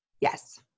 Yes